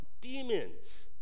Demons